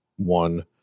one